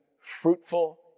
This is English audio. fruitful